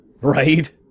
Right